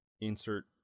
insert